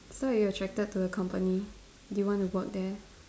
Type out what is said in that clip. so you're attracted to a company do you want to work there